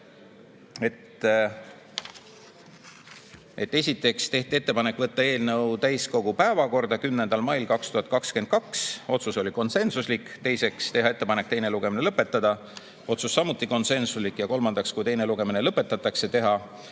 Esiteks, tehti ettepanek võtta eelnõu täiskogu päevakorda 10. maiks 2022 (otsus oli konsensuslik), teiseks, tehti ettepanek teine lugemine lõpetada (otsus samuti konsensuslik) ja kolmandaks, kui teine lugemine lõpetatakse, teha